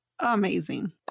Amazing